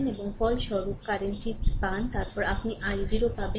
এবং ফলস্বরূপ কারেন্ট টি পান তারপরে আপনি i0 পাবেন